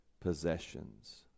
possessions